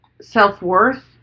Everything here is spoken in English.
self-worth